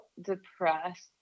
depressed